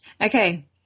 Okay